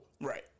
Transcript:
Right